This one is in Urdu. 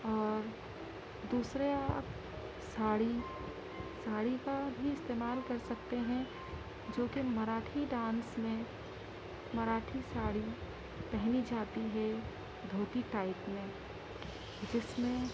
اور دوسرے آپ ساڑی ساڑی کا بھی استعمال کر سکتے ہیں جو کہ مراٹھی ڈانس میں مراٹھی ساڑی پہنی جاتی ہے دھوتی ٹائپ میں جس میں